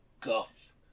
guff